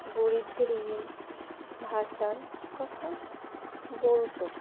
বৈদেহী ভাষার কথা বলতো